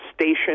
station